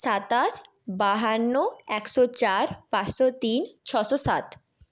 সাতাশ বাহান্ন একশো চার পাঁচশো তিন ছশো সাত